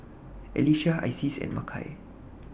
Alecia Isis and Makai